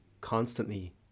constantly